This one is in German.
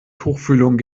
tuchfühlung